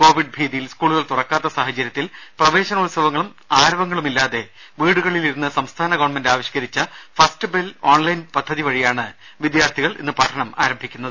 Covid ഭീതിയിൽ സ്കൂളുകൾ തുറക്കാത്ത സാഹചര്യത്തിൽ ആരവങ്ങളുമില്ലാതെ പ്രവേശനോത്സവങ്ങളും വീടുകളിലിരുന്ന് സംസ്ഥാന ഗവൺമെന്റ് ആവിഷ്കരിച്ച ഫസ്റ്റ്ബെൽ ഓൺലൈൻ പദ്ധതി വഴിയാണ് വിദ്യാർഥികൾ ഇന്ന് പഠനം ആരംഭിക്കുന്നത്